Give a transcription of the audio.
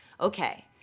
Okay